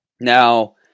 Now